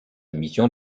mission